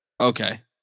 Okay